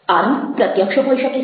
આરંભ પ્રત્યક્ષ હોઈ શકે છે